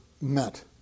met